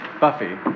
Buffy